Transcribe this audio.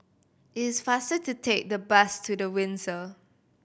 it is faster to take the bus to The Windsor